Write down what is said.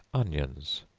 onions.